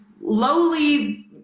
lowly